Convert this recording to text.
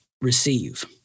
receive